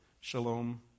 Shalom